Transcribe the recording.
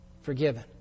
forgiven